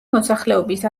მოსახლეობის